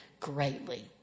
Greatly